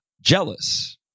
jealous